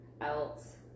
else